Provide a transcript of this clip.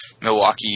Milwaukee